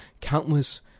countless